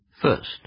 First